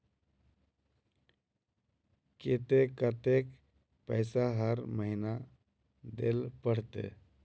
केते कतेक पैसा हर महीना देल पड़ते?